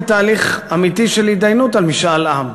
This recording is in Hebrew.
תהליך אמיתי של התדיינות על משאל עם.